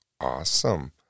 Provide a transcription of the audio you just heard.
awesome